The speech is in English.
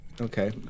Okay